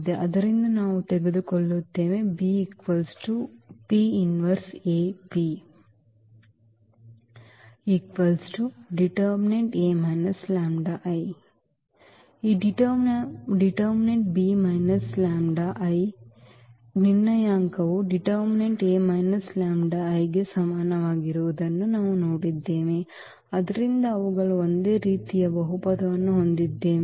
So we take ಆದ್ದರಿಂದ ನಾವು ತೆಗೆದುಕೊಳ್ಳುತ್ತೇವೆ ಈ ನ ನಿರ್ಣಾಯಕವು ಗೆ ಸಮನಾಗಿರುವುದನ್ನು ನಾವು ನೋಡಿದ್ದೇವೆ ಆದ್ದರಿಂದ ಅವುಗಳು ಒಂದೇ ರೀತಿಯ ಬಹುಪದವನ್ನು ಹೊಂದಿವೆ